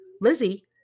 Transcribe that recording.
Lizzie